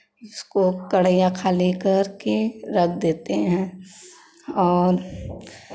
इसको कड़हिया खाली करके रख देते हैं और